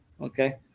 Okay